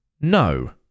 No